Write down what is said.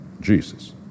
Jesus